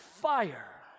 fire